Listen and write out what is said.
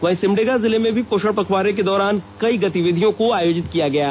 वहीं सिमडेगा जिले में भी पोषण पखवाड़ा के दौरान कई गतिविधियां आयोजित की जाएंगी